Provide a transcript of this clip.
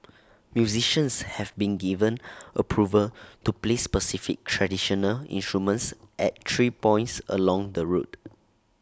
musicians have been given approval to play specified traditional instruments at three points along the route